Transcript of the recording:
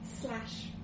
slash